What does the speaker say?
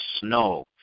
snow